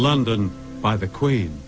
london by the queen